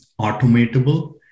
automatable